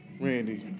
Randy